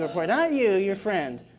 before, not you, your friend,